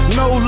no